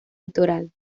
litoral